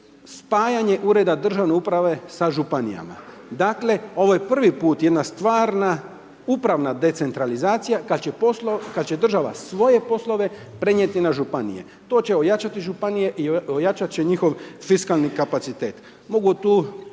spajanje ureda državne uprave sa županijama. Dakle ovo je prvi put jedna stvarna upravna decentralizacija kad će država svoje poslove prenijeti na županije. To će ojačati županije i ojačat će njihov fiskalni kapacitet. Mogu tu